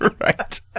Right